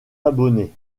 abonnés